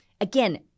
again